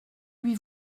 lui